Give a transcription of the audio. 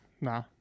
Nah